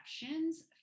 exceptions